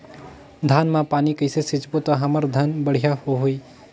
धान मा पानी कइसे सिंचबो ता हमर धन हर बढ़िया होही?